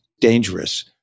dangerous